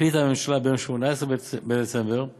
החליטה הממשלה ביום 18 בדצמבר 2016,